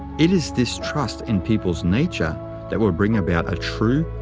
it is this trust in people's nature that will bring about a true,